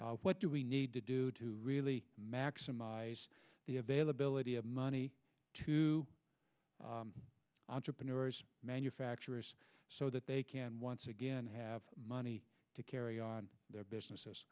what do we need to do to really maximize the availability of money to entrepreneurs manufacturers so that they can once again have money to carry on their businesses